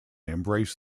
embraced